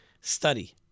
study